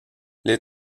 les